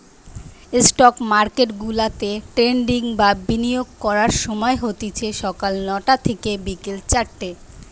stock মার্কেটগুলাতে trading বা বিনিয়োগ করার সময় হতিছে সকাল নয়টা থিকে বিকেল চারটে